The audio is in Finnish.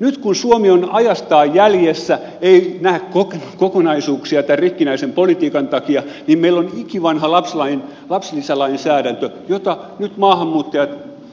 nyt kun suomi on ajastaan jäljessä ei näe kokonaisuuksia tämän rikkinäisen politiikan takia meillä on ikivanha lapsilisälainsäädäntö jota nyt maahanmuuttajat